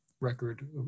record